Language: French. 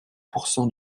pourcent